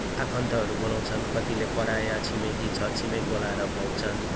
आफन्तहरू बोलाउँछन् कतिले पराया छिमेकी छर छिमेकी बोलाएर खुवाउँछन्